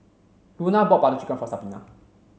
Luna bought Butter Chicken for Sabina